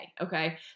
okay